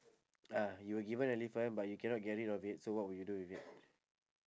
ah you were given elephant but you cannot get rid of it so what would you do with it